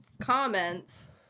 comments